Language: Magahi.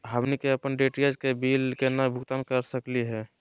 हमनी के अपन डी.टी.एच के बिल केना भुगतान कर सकली हे?